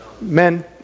men